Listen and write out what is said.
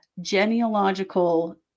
genealogical